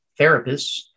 therapists